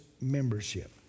membership